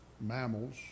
mammals